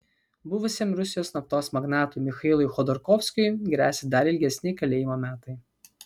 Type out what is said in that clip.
buvusiam rusijos naftos magnatui michailui chodorkovskiui gresia dar ilgesni kalėjimo metai